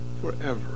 forever